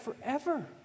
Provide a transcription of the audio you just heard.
forever